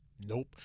nope